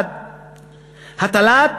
1. הטלת